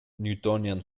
newtonian